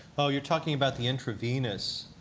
oh, you're talking about the intravenous